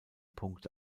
punkt